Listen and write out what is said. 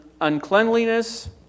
uncleanliness